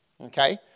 Okay